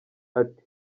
ati